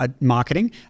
marketing